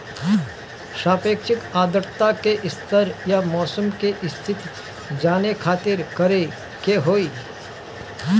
सापेक्षिक आद्रता के स्तर या मौसम के स्थिति जाने खातिर करे के होई?